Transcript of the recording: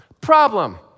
Problem